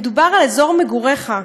מדובר על אזור מגוריך.